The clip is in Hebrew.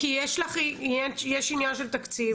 כי יש עניין של תקציב,